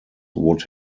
would